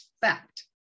fact